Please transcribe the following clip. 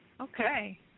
Okay